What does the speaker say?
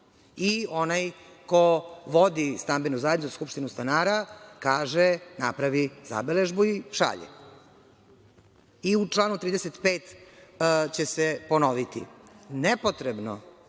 Onaj ko vodi stambenu zajednicu, skupštinu stanara, kaže, napravi zabeležbu i šalje i u članu 35. će se ponoviti.